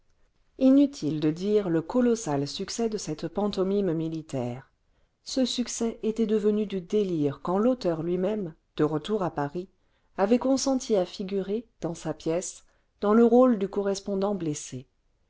inutile de dire le colossal succès de cette pantomime militaire ce succès était devenu du délire quand l'auteur lui-même de retour à paris avait consenti à figurer dans sa pièce dans le rôle du correspondant blessé